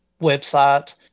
website